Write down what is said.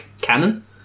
canon